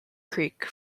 creek